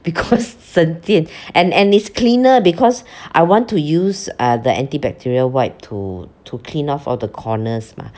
because 省电 and and it's cleaner because I want to use uh the antibacterial wipe to to clean off all the corners mah